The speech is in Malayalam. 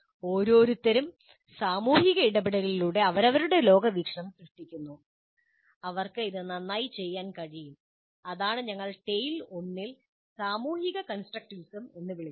ഓരോരുത്തരും സാമൂഹിക ഇടപെടലുകളിലൂടെ അവരവരുടെ ലോകവീക്ഷണം സൃഷ്ടിക്കുന്നു അവർക്ക് ഇത് നന്നായി ചെയ്യാൻ കഴിയും അതാണ് ഞങ്ങൾ TALE 1 ൽ സാമൂഹിക കൺസ്ട്രക്റ്റിവിസം എന്ന് വിളിച്ചത്